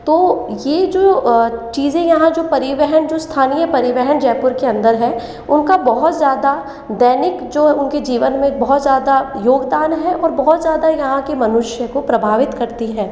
तो यह जो चीजें यहाँ जो परिवहन जो स्थानीय परिवहन जयपुर के अंदर है उनका बहुत ज़्यादा दैनिक जो उनके जीवन में बहुत ज़्यादा योगदान है और बहुत ज़्यादा यहाँ के मनुष्य को प्रभावित करती है